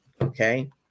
Okay